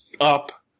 up